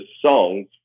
songs